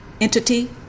entity